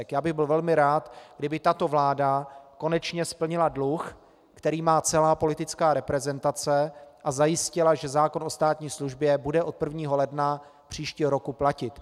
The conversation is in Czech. Já bych byl velmi rád, kdyby tato vláda konečně splnila dluh, který má celá politická reprezentace, a zajistila, že zákon o státní službě bude od 1. ledna příštího roku platit.